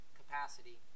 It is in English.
capacity